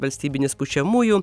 valstybinis pučiamųjų